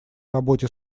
работе